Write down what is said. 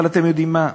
אבל אתם יודעים מה?